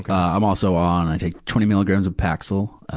i'm also on, i take twenty milligrams of paxil,